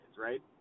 right